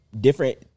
different